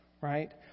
right